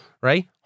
Right